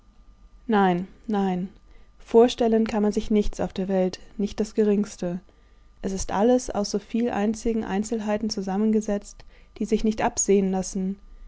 nein nein vorstellen kann man sich nichts auf der welt nicht das geringste es ist alles aus so viel einzigen einzelheiten zusammengesetzt die sich nicht absehen lassen